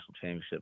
championship